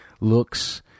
looks